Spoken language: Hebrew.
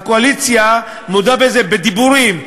הקואליציה מודה בזה בדיבורים,